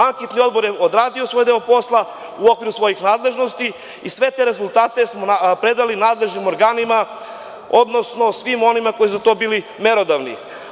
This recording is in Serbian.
Anketni odbor je odradio svoj deo posla u okviru svojih nadležnosti i sve te rezultate smo predali nadležnim organima, odnosno svima onima koji su za to bili merodavni.